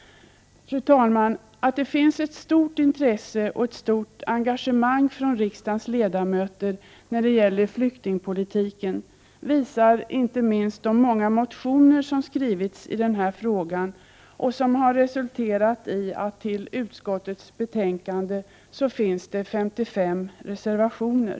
Fru talman! Att det finns ett stort intresse och ett stort engagemang från riksdagens ledamöter när det gäller flyktingpolitiken visar inte minst de många motioner som har skrivits i den här frågan och som har resulterat i att det till utskottets betänkande har fogats 55 reservationer.